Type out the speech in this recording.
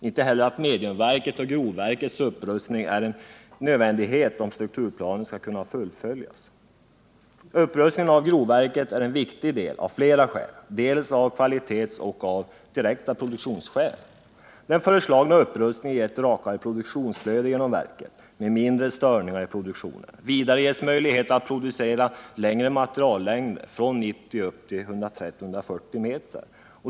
Inte heller bryr man sig om att mediumverket och grovvalsverkets upprustning är en nödvändighet om strukturplanen skall kunna fullföljas. Upprustningen av grovvalsverket är viktig av flera skäl, t.ex. kvalitetsskäl och direkta produktionsskäl. Den föreslagna upprustningen ger ett rakare produktionsflöde genom verket med mindre störningar i produktionen. Vidare ges möjlighet att producera materiallängder från 90 till 130 å 140 meter.